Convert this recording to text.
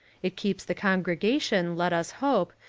it keeps the congregation, let us hope,